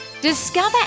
Discover